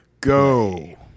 go